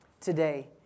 Today